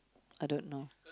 I don't know